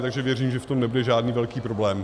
Takže věřím, že v tom nebude žádný velký problém.